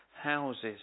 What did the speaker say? houses